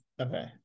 okay